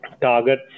target